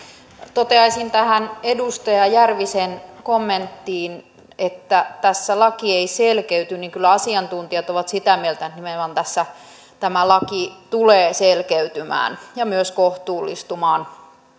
toteaisin tähän edustaja järvisen kommenttiin siitä että tässä laki ei selkeydy että kyllä asiantuntijat ovat sitä mieltä että tässä tämä laki nimenomaan tulee selkeytymään ja myös kohtuullistumaan